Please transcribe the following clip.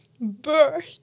Bird